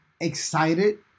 excited